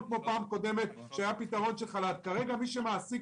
בגל הקודם היה פתרון של חל"ת וכרגע מי שלא מעסיק